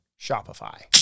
Shopify